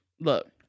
Look